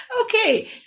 Okay